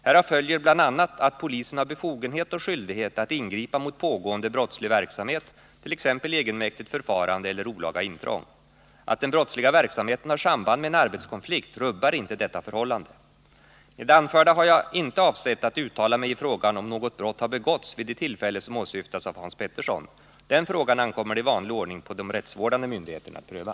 Härav följer bl.a. att polisen har befogenhet och skyldighet att ingripa mot pågående brottslig verksamhet, t.ex. egenmäktigt förfarande eller olaga intrång. Att den brottsliga verksamheten har samband med en arbetskonflikt rubbar inte detta förhållande. Med det anförda har jag inte avsett att uttala mig i frågan om något brott har begåtts vid det tillfälle som åsyftas av Hans Petersson. Den frågan 167 ankommer det i vanlig ordning på de rättsvårdande myndigheterna att pröva.